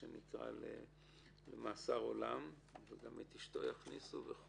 למאסר עולם וגם את אשתו יכניסו.